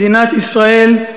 מדינת ישראל,